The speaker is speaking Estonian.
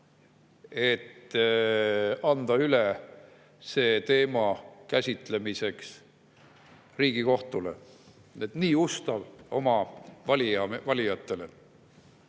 et anda üle see teema käsitlemiseks Riigikohtule. Nii ustav oma valijatele.